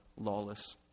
lawless